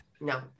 No